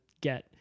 get